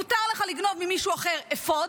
מותר לך לגנוב ממישהו אחר אפוד,